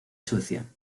suecia